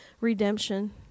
redemption